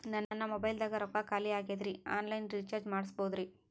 ನನ್ನ ಮೊಬೈಲದಾಗ ರೊಕ್ಕ ಖಾಲಿ ಆಗ್ಯದ್ರಿ ಆನ್ ಲೈನ್ ರೀಚಾರ್ಜ್ ಮಾಡಸ್ಬೋದ್ರಿ?